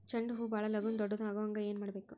ಚಂಡ ಹೂ ಭಾಳ ಲಗೂನ ದೊಡ್ಡದು ಆಗುಹಂಗ್ ಏನ್ ಮಾಡ್ಬೇಕು?